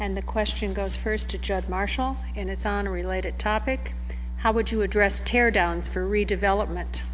and the question goes first to chad marshall and it's on a related topic how would you address tear downs for redevelopment